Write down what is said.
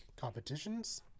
competitions